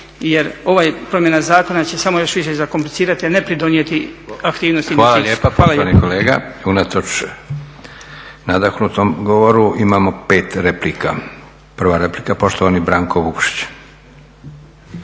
jer ova promjena zakona će samo još više zakomplicirati, a ne pridonijeti aktivnostima … **Leko, Josip (SDP)** Hvala lijepa poštovani kolega. Unatoč nadahnutom govoru, imamo 5 replika. Prva replika, poštovani Branko Vukšić.